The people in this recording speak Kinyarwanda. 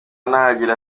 nahagera